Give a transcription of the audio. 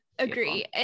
Agree